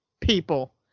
people